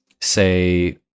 say-